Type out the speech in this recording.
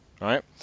right